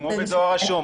כמו בדואר רשום.